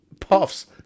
puffs